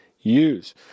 use